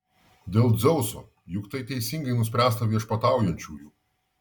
dėl dzeuso juk tai teisingai nuspręsta viešpataujančiųjų